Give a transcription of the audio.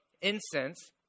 incense